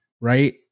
right